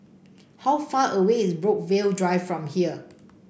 how far away is Brookvale Drive from here